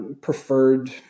preferred